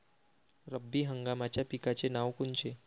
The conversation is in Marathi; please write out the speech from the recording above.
रब्बी हंगामाच्या पिकाचे नावं कोनचे?